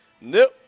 Nope